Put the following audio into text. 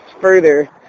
further